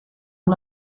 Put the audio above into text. amb